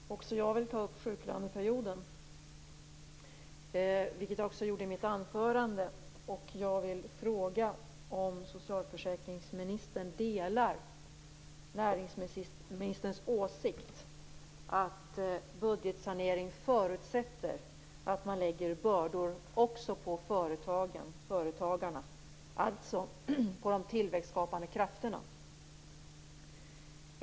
Herr talman! Också jag vill ta upp frågan om sjuklöneperioden, vilket jag i och för sig gjorde i mitt huvudanförande. Jag undrar om socialförsäkringsministern delar näringsministerns åsikt att en budgetsanering förutsätter att bördor läggs också på företagarna, alltså på de tillväxtskapande krafterna.